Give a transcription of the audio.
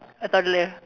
a toddler